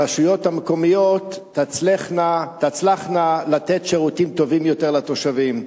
הרשויות המקומיות תצלחנה לתת שירותים טובים יותר לתושבים.